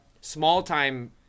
small-time